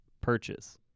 purchase